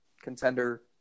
contender